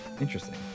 Interesting